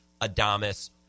Adamas